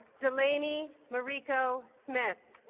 delaney mariko smith